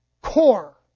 core